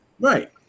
Right